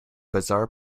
bizarre